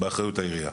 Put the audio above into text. הוא באחריות העירייה.